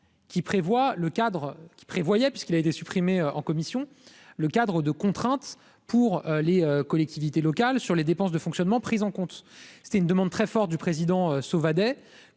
qui prévoyait, puisqu'il a été supprimé en commission, le cadre de contraintes pour les collectivités locales sur les dépenses de fonctionnement, prise en compte, c'était une demande très fort du président Sauvadet